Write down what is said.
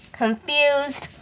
confused,